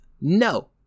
No